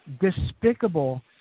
despicable